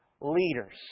Leaders